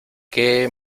qué